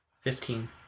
Fifteen